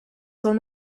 son